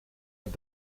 het